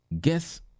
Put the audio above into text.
guess